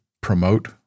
promote